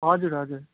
हजुर हजुर